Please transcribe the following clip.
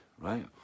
right